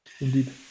Indeed